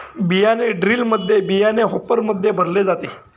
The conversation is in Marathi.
बियाणे ड्रिलमध्ये बियाणे हॉपरमध्ये भरले जाते